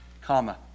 comma